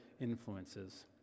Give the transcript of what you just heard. influences